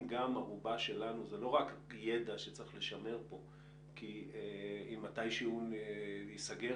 זה לא רק ידע שצריך לשמר פה כי אם מתישהו ייסגר